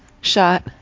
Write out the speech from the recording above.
shot